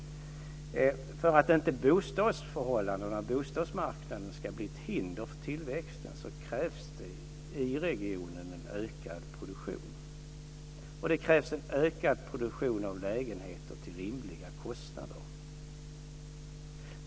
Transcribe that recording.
För att bostadsförhållandena och bostadsmarknaden inte ska bli ett hinder för tillväxten krävs det en ökad produktion i regionen. Det krävs en ökad produktion av lägenheter till rimliga kostnader.